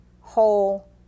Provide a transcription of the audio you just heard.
whole